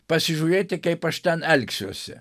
pasižiūrėti kaip aš ten elgsiuosi